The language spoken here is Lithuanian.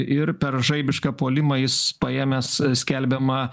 ir per žaibišką puolimą jis paėmęs skelbiama